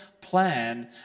plan